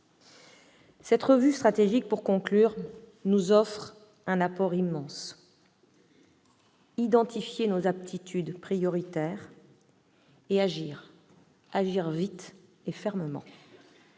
Cette revue stratégique nous offre un apport immense : identifier nos aptitudes prioritaires et agir, agir vite et fermement.